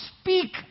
speak